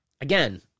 again